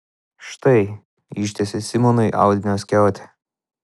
štai ištiesė simonui audinio skiautę